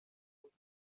munsi